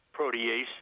protease